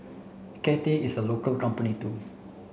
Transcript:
Cathay is a local company too